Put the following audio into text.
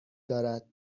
دارد